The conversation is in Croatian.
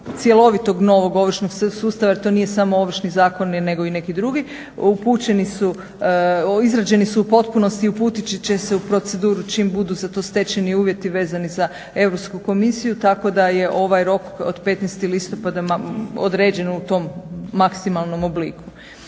cjelovitog novog ovršnog sustava jer to nije samo Ovršni zakon nego i neki drugi izrađeni su u potpunosti i uputit će se u proceduru čim budu za to stečeni uvjeti vezani za Europsku komisiju. Tako da je ovaj rok od 15. listopada određen u tom maksimalnom obliku.